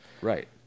Right